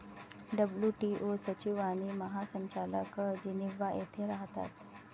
WTO सचिव आणि महासंचालक जिनिव्हा येथे राहतात